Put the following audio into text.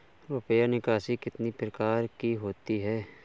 रुपया निकासी कितनी प्रकार की होती है?